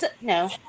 no